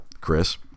Chris